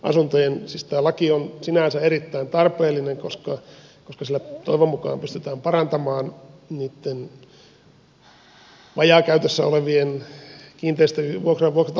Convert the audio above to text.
siis tämä laki on sinänsä erittäin tarpeellinen koska sillä toivon mukaan pystytään parantamaan niitten vajaakäytössä olevien kiinteistöjen vuokra votka